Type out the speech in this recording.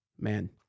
man